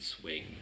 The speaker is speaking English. swing